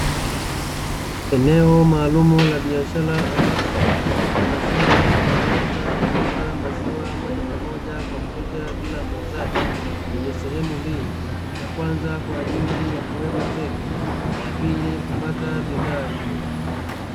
Eneo maalumu la biashara. Ambapo Kuna mashine inayotumika kuuza maziwa moja kwa moja kwa mteja bila muuzaji Yenye sehemu mbili ya kwanza kwaajili ya kuweka fedha na ya pili kupata bidhaa hiyo.